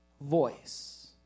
voice